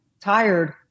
tired